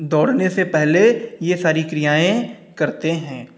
दौड़ने से पहले ये सारी क्रियाएँ करते हैं